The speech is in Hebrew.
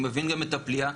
אני מבין גם את הפליאה,